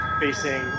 facing